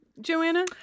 Joanna